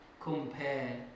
compare